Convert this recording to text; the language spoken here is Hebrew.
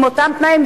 עם אותם תנאים,